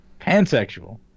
pansexual